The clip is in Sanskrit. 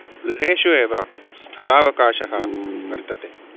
गृहेषु एव स्थलावकाशः वर्तते